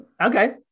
Okay